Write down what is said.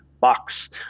box